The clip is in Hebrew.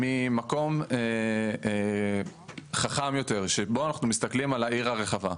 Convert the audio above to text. ממקום חכם יותר שבו אנחנו מסתכלים על העיר הרחבה.